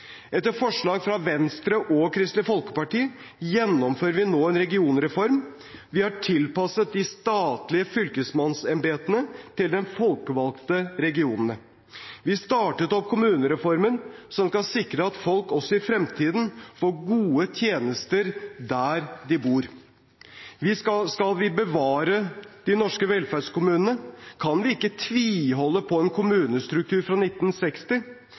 Etter forslag fra Venstre og Kristelig Folkeparti gjennomfører vi nå en regionreform. Vi har tilpasset de statlige fylkesmannsembetene til de folkevalgte regionene. Vi startet opp kommunereformen, som skal sikre at folk også i fremtiden får gode tjenester der de bor. Skal vi bevare de norske velferdskommunene, kan vi ikke tviholde på en kommunestruktur fra 1960.